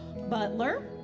Butler